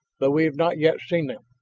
though we have not yet seen them.